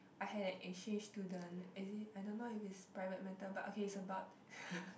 I had an exchange student is it I don't know if it's private matter but okay it's about